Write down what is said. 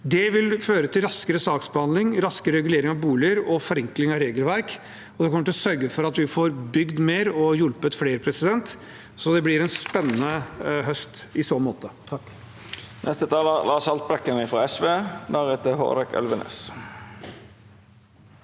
Det vil føre til raskere saksbehandling, raskere regulering av boliger og forenkling av regelverk, og det kommer til å sørge for at vi får bygd mer og hjulpet flere. Det blir en spennende høst i så måte. Lars